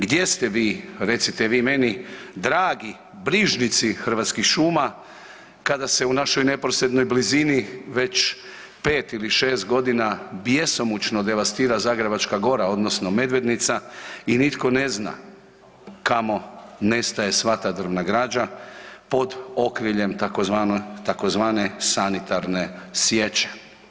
Gdje ste vi recite vi meni dragi brižnici hrvatskih šuma kada se u našoj neposrednoj blizini već 5 ili 6 godina bjesomučno devastira Zagrebačka gora odnosno Medvednica i nitko ne zna kamo nestaje sva ta drvna građa pod okriljem, tzv. sanitarne sječe?